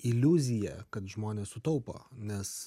iliuzija kad žmonės sutaupo nes